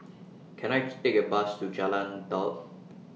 Can I Take A Bus to Jalan Daud